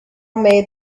made